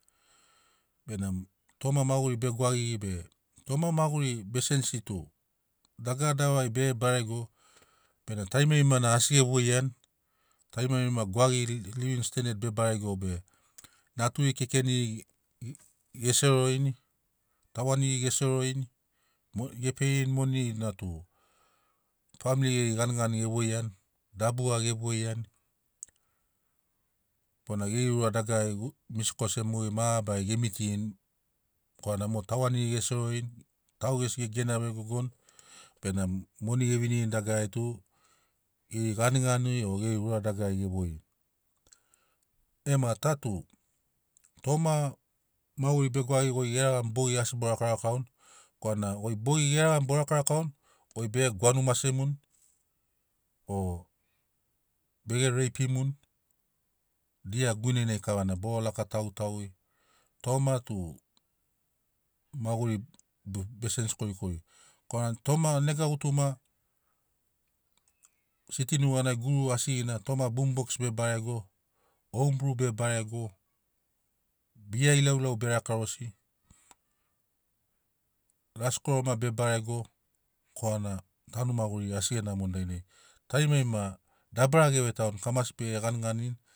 Benamo toma maguri be gwagigi be toma maguri be sensi tu dagara davari bege barego benamo tarimarima na asi ge voiani tarimarima gwagigi livin stended be barego be nature kekeniri ge ge ge selorini tauganiri ge selorini mo ge peirini moniri na tu family gari ganigani ge voiani dabuga ge voiani bona geri ura dagarari u misi kose mabarari ge mitirini korana mo tauganiri ge selorini tau gesi ge gena vegogoni benamo moni ge vinirini dagarari tu geri ganigani o geri ura dagarari ge voini. Ema ta tu toma maguri be gwagigi goi bogi asi bo rakrakauni korana goi bogi geregamu bo rakarakauni goi bege gwanu masemuni o bege reipi muni dia guinenai kavana boro laka tagu tagu toma tu maguri be be sensi korikori korana toma nega gutuma siti nuganai guru asigina toma bumboks be barego oumbru be barego bia ilauilau be lakarosi raskoro maki be barego korana tanu maguriri asi ge namoni dainai tarimarima dabara geve tauni kamasi bege ganiganini.